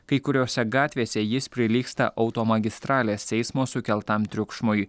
kai kuriose gatvėse jis prilygsta automagistralės eismo sukeltam triukšmui